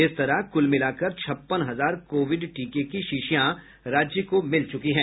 इस तरह कुल मिलाकर छप्पन हजार कोविड टीके की शीशियां राज्य को मिल चुकी हैं